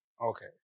Okay